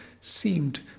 seemed